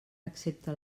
excepte